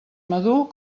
madur